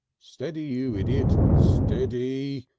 steady, you idiot. stead-y!